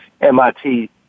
MIT